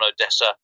Odessa